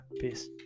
peace